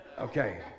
Okay